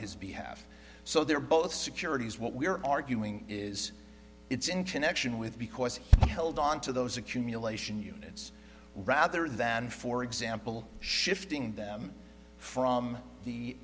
his behalf so they're both securities what we are arguing is it's in connection with because he held on to those accumulation units rather than for example shifting them from the